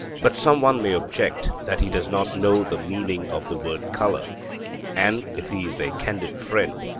but some one may object that he does not know the meaning of the word colour and if he is a candid friend,